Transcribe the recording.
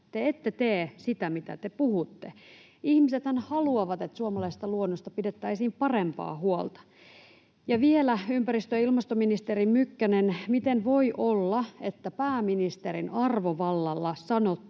Te ette tee sitä, mitä te puhutte. Ihmisethän haluavat, että suomalaisesta luonnosta pidettäisiin parempaa huolta. Ja vielä, ympäristö- ja ilmastoministeri Mykkänen: Miten voi olla, että pääministerin arvovallalla sanottu